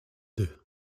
deux